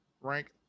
rank